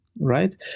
right